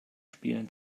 spielen